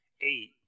eight